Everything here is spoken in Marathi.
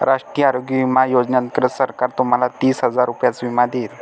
राष्ट्रीय आरोग्य विमा योजनेअंतर्गत सरकार तुम्हाला तीस हजार रुपयांचा विमा देईल